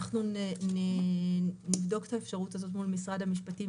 אנחנו נבדוק את האפשרות הזו מול משרד המשפטים,